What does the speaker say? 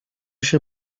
się